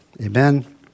Amen